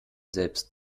selbst